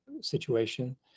situation